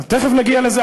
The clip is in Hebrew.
תכף נגיע לזה.